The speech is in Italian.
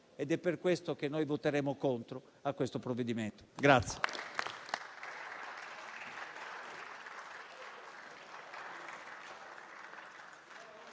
È per questo che noi voteremo contro questo provvedimento.